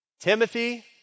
Timothy